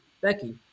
Becky